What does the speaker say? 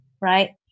right